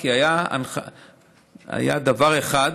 כי היה דבר אחד